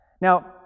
Now